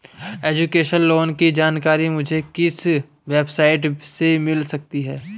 Education loan की जानकारी मुझे किस वेबसाइट से मिल सकती है?